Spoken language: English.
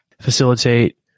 facilitate